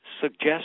suggest